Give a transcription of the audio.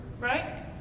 Right